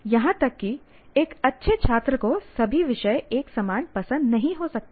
यहां तक कि एक अच्छे छात्र को सभी विषय एक समान पसंद नहीं हो सकते हैं